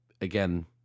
again